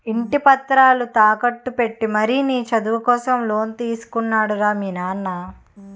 ఇంటి పత్రాలు తాకట్టు పెట్టి మరీ నీ చదువు కోసం లోన్ తీసుకున్నాడు రా మీ నాన్న